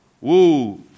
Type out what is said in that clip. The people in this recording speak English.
Woo